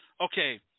Okay